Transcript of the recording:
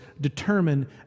determine